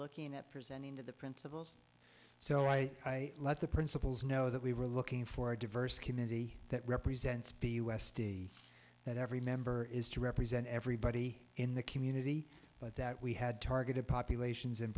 looking at presenting to the principals so i let the principals know that we were looking for a diverse committee that represents b u s d that every member is to represent everybody in the community but that we had targeted populations in